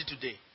today